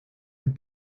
het